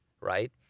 right